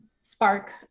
spark